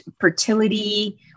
fertility